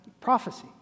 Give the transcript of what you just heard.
prophecy